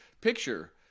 picture